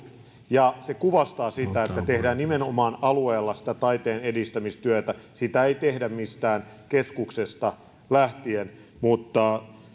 ja se kuvastaa sitä että tehdään nimenomaan alueella sitä taiteen edistämistyötä sitä ei tehdä mistään keskuksesta lähtien mutta